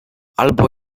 albo